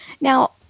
Now